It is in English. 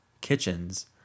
kitchens